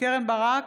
קרן ברק,